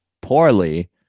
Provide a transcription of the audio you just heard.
poorly